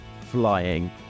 flying